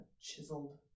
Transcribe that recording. chiseled